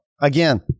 Again